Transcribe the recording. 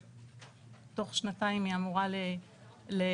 תוך שנתיים היא אמורה להסתיים.